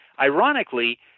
ironically –